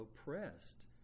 oppressed